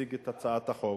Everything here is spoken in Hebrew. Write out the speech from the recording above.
שהציג את הצעת החוק,